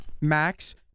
max